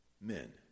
men